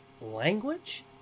language